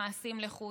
מעשים לחוד.